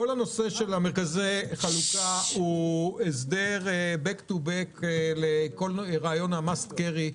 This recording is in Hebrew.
כל נושא מרכזי החלוקה הוא הסדר Back to back לכל רעיון ה-Must carry.